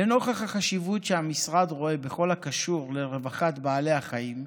לנוכח החשיבות שהמשרד רואה בכל הקשור לרווחת בעלי החיים,